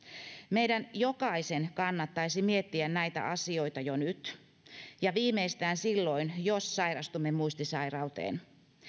meidän jokaisen kannattaisi miettiä näitä asioita jo nyt ja viimeistään silloin jos sairastumme muistisairauteen